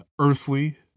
earthly